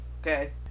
Okay